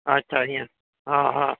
अच्छा हीअं हा हा